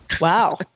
Wow